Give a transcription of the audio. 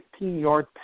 15-yard